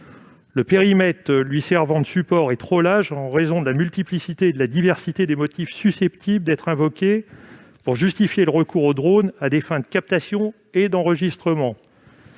Le périmètre servant de support est trop lâche en raison de la multiplicité et de la diversité des motifs susceptibles d'être invoqués pour justifier le recours aux drones à des fins de captation et d'enregistrement.